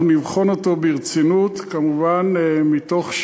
אנחנו נבחן אותו ברצינות, כמובן, מתוך שוויוניות,